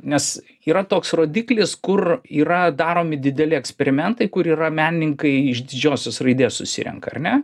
nes yra toks rodiklis kur yra daromi dideli eksperimentai kur yra menininkai iš didžiosios raidės susirenka ar ne